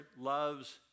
loves